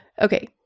okay